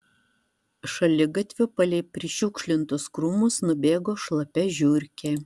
šaligatviu palei prišiukšlintus krūmus nubėgo šlapia žiurkė